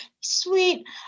sweet